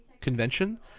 convention